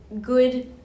good